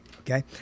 okay